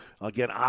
again